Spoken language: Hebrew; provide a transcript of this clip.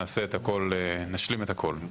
נעשה את הכל, נשלים את הכל.